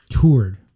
toured